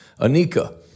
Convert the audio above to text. Anika